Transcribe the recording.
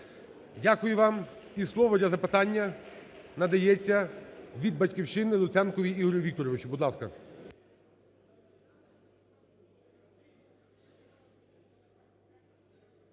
Дякую вам І слово для запитання надається від "Батьківщини" Луценку Ігорю Вікторовичу,